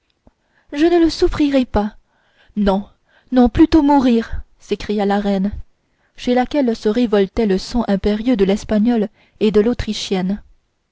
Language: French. je ne le souffrirai pas non non plutôt mourir s'écria la reine chez laquelle se révoltait le sang impérieux de l'espagnole et de l'autrichienne